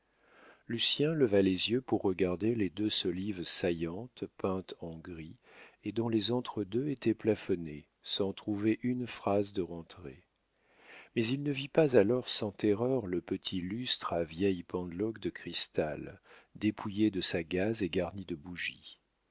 le mari lucien leva les yeux pour regarder les deux solives saillantes peintes en gris et dont les entre-deux étaient plafonnés sans trouver une phrase de rentrée mais il ne vit pas alors sans terreur le petit lustre à vieilles pendeloques de cristal dépouillé de sa gaze et garni de bougies